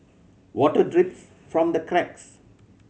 water drips from the cracks